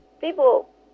People